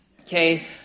Okay